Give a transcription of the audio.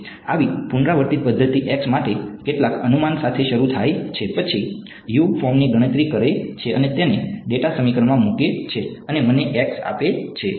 આવી પુનરાવર્તિત પદ્ધતિ x માટે કેટલાક અનુમાન સાથે શરૂ થાય છે પછી U ફોર્મની ગણતરી કરે છે અને તેને ડેટા સમીકરણમાં મૂકે છે અને મને x આપે છે